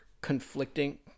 conflicting